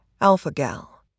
alpha-gal